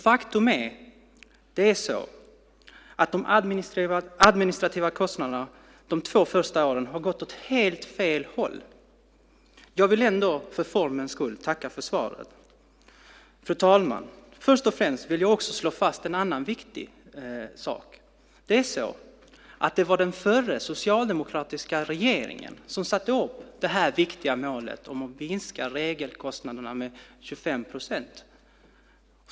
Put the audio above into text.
Faktum är att de administrativa kostnaderna de två första åren har gått åt helt fel håll. Jag vill ändå för formens skull tacka för svaret. Fru talman! Först och främst vill jag slå fast en viktig sak. Det var den förra socialdemokratiska regeringen som satte upp det viktiga målet om att minska regelkostnaderna med 25 procent.